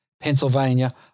Pennsylvania